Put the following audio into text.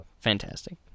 fantastic